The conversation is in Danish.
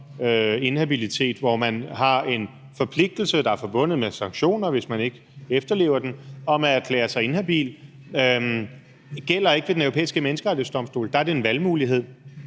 inhabilitet, hvor man har en forpligtelse, der er forbundet med sanktioner, hvis man ikke efterlever dem, nemlig til at erklære sig inhabil, gælder ikke ved Den Europæiske Menneskerettighedsdomstol; der er det en valgmulighed.